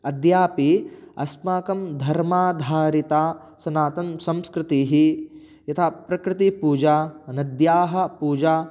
अद्यापि अस्माकं धर्माधारिता सनातनसंस्कृतिः यथा प्रकृतिपूजा नद्याः पूजा